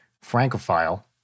Francophile